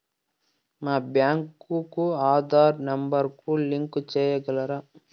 మా బ్యాంకు కు ఆధార్ నెంబర్ కు లింకు సేయగలరా?